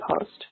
post